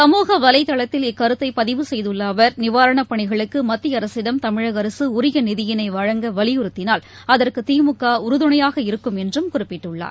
சமூக வலைதளத்தில் இக்கருத்தைபதிவு செய்துள்ளஅவர் நிவாரணப் பணிகளுக்குமத்தியஅரசிடம் தமிழகஅரகஉரியநிதியினைவழங்க வலியுறுத்தினால் அதற்குதிமுகஉறுதுணையாக இருக்கும் என்றம் குறிப்பிட்டுள்ளார்